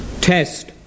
Test